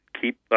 keep